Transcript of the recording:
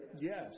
yes